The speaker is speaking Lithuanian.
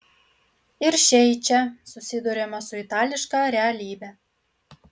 ir šiai čia susiduriama su itališka realybe